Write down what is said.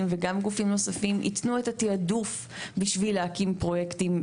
וגם גופים נוספים יתנו את התעדוף בשביל להקים פרויקטים,